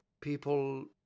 people